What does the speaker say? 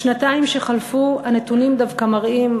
בשנתיים שחלפו הנתונים דווקא מראים,